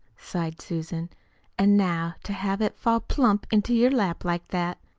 sighed susan an' now to have it fall plump into your lap like that.